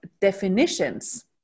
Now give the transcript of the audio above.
definitions